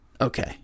okay